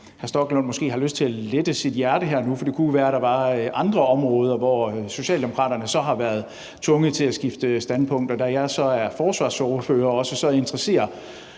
Stoklund måske lyst til at lette sit hjerte her og nu? For det kunne jo være, at der var andre områder, hvor Socialdemokraterne har været tvunget til at skifte standpunkt, og da jeg så også er forsvarsordfører, interesserer